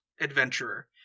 adventurer